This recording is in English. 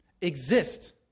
exist